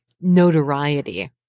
notoriety